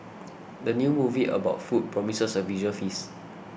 the new movie about food promises a visual feast